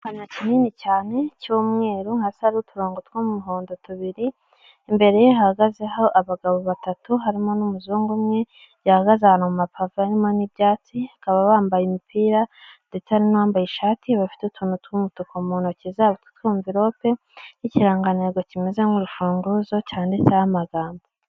Igikamyo kinini cyane cy'umweru hasi hariho uturongo tw'umuhondo tubiri imbere hahagazeho abagabo batatu harimo n'umuzungu umwe yahagaze hano mumapavemen n'ibyatsi bakaba bambaye imipira ndetse n'uwambaye ishati bafite utuntu tw'umutuku mu ntoki zabo tutw'anverope n'ikiranganego kimeze nk'urufunguzo cyanditseho amagambo